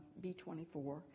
B-24